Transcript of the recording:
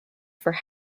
for